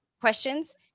questions